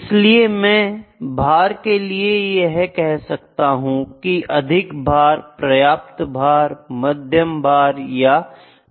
इसी प्रकार मैं भार के लिए कह सकता हूं अधिक भारी पर्याप्त भारी मध्यम भारी या कम भारी